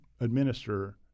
administer